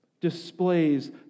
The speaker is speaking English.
displays